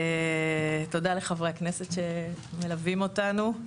תודה לחברי הכנסת שמלווים אותנו,